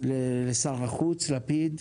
לשר החוץ לפיד,